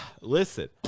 Listen